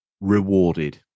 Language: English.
rewarded